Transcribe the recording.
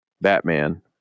Batman